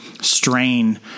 strain